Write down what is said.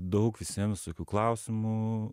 daug visiem visokių klausimų